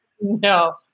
No